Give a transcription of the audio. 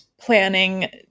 planning